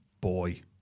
boy